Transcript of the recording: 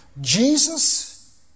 Jesus